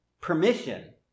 permission